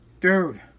Dude